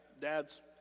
dads